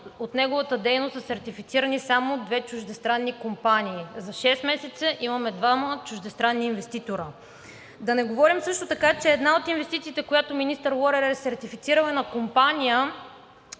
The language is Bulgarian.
от неговата дейност са сертифицирани само две чуждестранни компании. За шест месеца имаме двама чуждестранни инвеститори, а също така, че една от инвестициите, която министър Лорер е сертифицирал, е на компания,